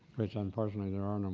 which unfortunately there are